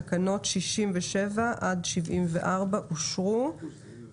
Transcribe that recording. תקנות 67 עד 74 אושרו פה אחד.